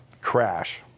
crash